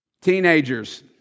teenagers